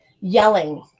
yelling